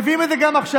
מביאים את זה גם עכשיו.